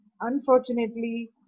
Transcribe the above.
unfortunately